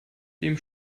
dem